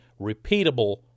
repeatable